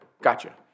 gotcha